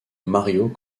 mario